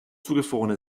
zugefrorene